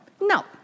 No